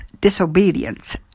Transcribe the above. disobedience